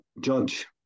judge